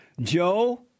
Joe